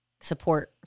support